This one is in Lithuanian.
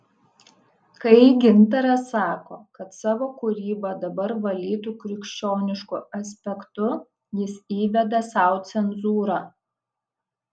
kai gintaras sako kad savo kūrybą dabar valytų krikščionišku aspektu jis įveda sau cenzūrą